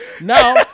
Now